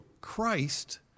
Christ